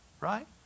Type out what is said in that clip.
right